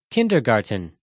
Kindergarten